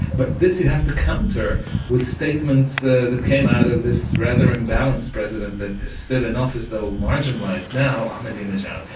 but this you have to counter with statements ah that came out of this rather unbalanced president that is still in office though marginalised now, ahmadinejad,